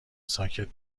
ساکت